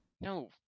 No